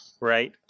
right